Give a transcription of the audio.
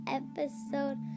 episode